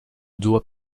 doit